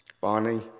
Barney